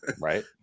Right